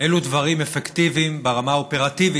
אילו דברים אפקטיביים ברמה האופרטיבית